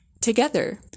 together